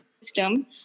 system